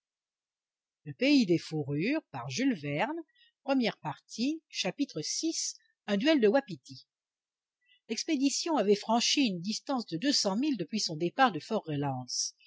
vi un duel de wapitis l'expédition avait franchi une distance de deux cents milles depuis son départ du